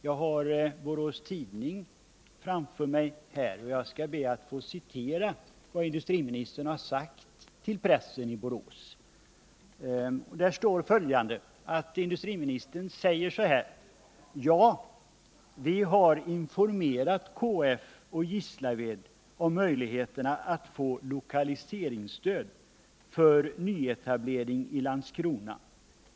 Jag har Borås Tidning framför mig, och jag skall be att få citera vad industriministern har sagt till pressen i Borås. Det står att industriministern säger följande: ”Ja vi har informerat KF och Gislaved om möjligheterna att få lokaliseringsstöd för nyetablering i Landskrona.